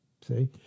See